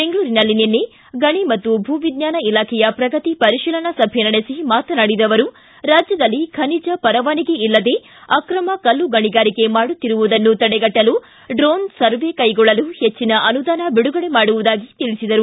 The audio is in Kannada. ಬೆಂಗಳೂರಿನಲ್ಲಿ ನಿನ್ನೆ ಗಣಿ ಮತ್ತು ಭೂ ವಿಜ್ಞಾನ ಇಲಾಖೆಯ ಪ್ರಗತಿ ಪರಿಶೀಲನಾ ಸಭೆ ನಡೆಸಿ ಮಾತನಾಡಿದ ಅವರು ರಾಜ್ಯದಲ್ಲಿ ಖನಿಜ ಪರವಾನಗಿ ಇಲ್ಲದೆ ಅಕ್ರಮ ಕಲ್ಲು ಗಣಿಗಾರಿಗೆ ಮಾಡುತ್ತಿರುವುದನ್ನು ತಡೆಗಟ್ಟಲು ಡ್ರೋನ್ ಸರ್ವೆ ಕೈಗೊಳ್ಳಲು ಹೆಚ್ಚನ ಅನುದಾನ ಬಿಡುಗಡೆ ಮಾಡುವುದಾಗಿ ತಿಳಿಸಿದರು